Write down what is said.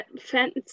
fence